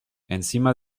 encima